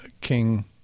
King